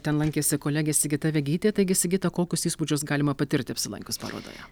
ten lankėsi kolegė sigita vegytė taigi sigita kokius įspūdžius galima patirti apsilankius parodoje